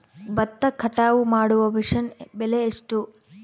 ಭತ್ತ ಕಟಾವು ಮಾಡುವ ಮಿಷನ್ ಬೆಲೆ ಎಷ್ಟು?